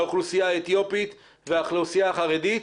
האוכלוסייה האתיופית והאוכלוסייה החרדית,